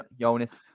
jonas